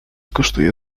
kosztuje